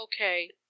Okay